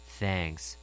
thanks